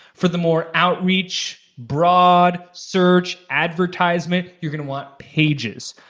for the more outreach, broad, search, advertisement, you're gonna want pages.